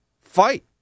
fight